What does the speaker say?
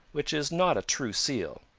which is not a true seal.